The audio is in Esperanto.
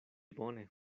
bone